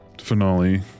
finale